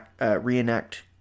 reenact